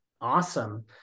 Awesome